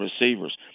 receivers